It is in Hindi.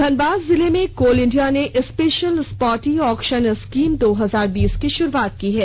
धनबाद जिले में कोल इंडिया ने special spot e auction scheme दो हजार बीस की शुरूआत की है